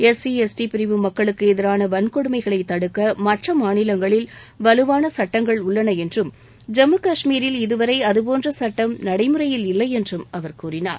SC ST பிரிவு மக்களுக்கு எதிரான வன்கொடுமைகளை தடுக்க மற்ற மாநிவங்களில் வலுவான சட்டங்கள் உள்ளன என்றும் ஜம்மு காஷ்மீரில் இதுவரை அதுபோன்ற சட்டம் நடைமுறையில் இல்லை என்றும் அவர் கூறினார்